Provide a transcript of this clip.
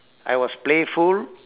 I was playful